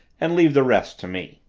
and leave the rest to me.